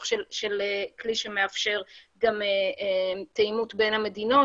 של כלי שמאפשר גם לתאימות בין המדינות,